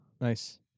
Nice